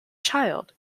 child